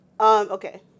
Okay